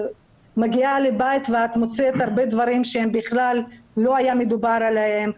מגיעה לבית ואת מוצאת הרבה דברים שלא היה מדובר עליהם.